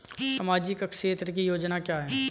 सामाजिक क्षेत्र की योजना क्या है?